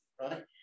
right